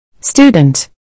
Student